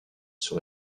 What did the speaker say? sur